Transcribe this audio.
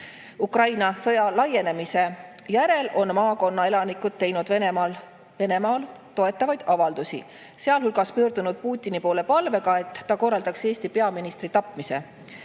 Ukraina sõja laienemise järel on maakonna elanikud teinud Venemaad toetavaid avaldusi, sealhulgas pöördunud Putini poole palvega, et ta korraldaks Eesti peaministri tapmise.